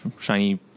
shiny